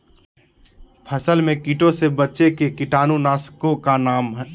फसल में कीटों से बचे के कीटाणु नाशक ओं का नाम?